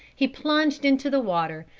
he plunged into the water,